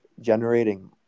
generating